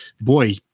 boy